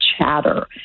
chatter